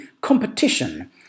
competition